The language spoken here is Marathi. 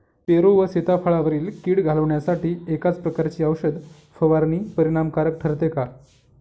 पेरू व सीताफळावरील कीड घालवण्यासाठी एकाच प्रकारची औषध फवारणी परिणामकारक ठरते का?